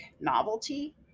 novelty